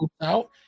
out